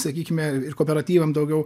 sakykime ir kooperatyvam daugiau